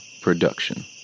Production